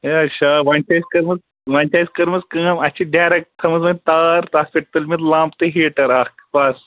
ہے شا ؤنۍ چھِ أسۍ کٔرمٕژ ؤنۍ چھِ اَسہِ کٔرمٕژ کٲم اَسہِ چھِ ڈرٛیکٹ تھاومٕژ ؤنۍ تار تَتھ پٮ۪ٹھ تُلمٕتۍ لَمپ تہٕ ہیٖٹَر اَکھ بَس